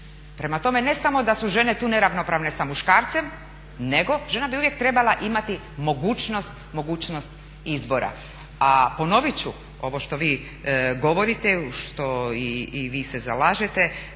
Prema tome ne samo da su žene tu neravnopravne sa muškarcem nego žena bi uvijek trebala imati mogućnost izbora. A ponovit ću ovo što vi govorite što se i vi zalažete,